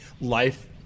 life